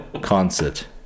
concert